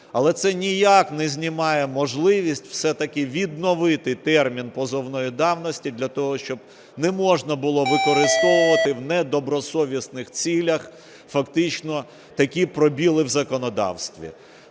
але це ніяк не знімає можливість все-таки відновити термін позовної давності для того, щоб не можна було використовувати в недобросовісних цілях фактично такі пробіли в законодавстві.